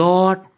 Lord